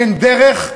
אין דרך,